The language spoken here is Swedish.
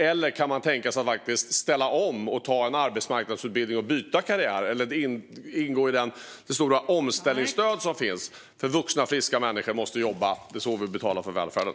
Kanske kan man tänka sig att ställa om genom arbetsmarknadsutbildning och omställningsstöd för att byta karriär. Vuxna friska människor måste jobba, för det är så vi betalar för välfärden.